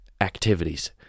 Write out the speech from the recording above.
activities